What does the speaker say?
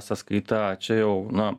sąskaita čia jau na